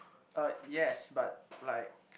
uh yes but like